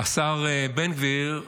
השר בן גביר יעשה,